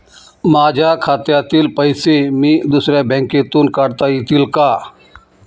माझ्या खात्यातील पैसे मी दुसऱ्या बँकेतून काढता येतील का?